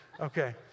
Okay